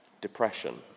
depression